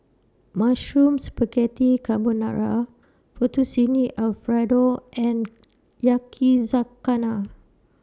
Mushroom Spaghetti Carbonara Fettuccine Alfredo and Yakizakana